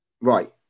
Right